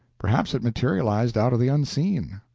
perhaps it materialized out of the unseen.